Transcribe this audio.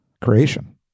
creation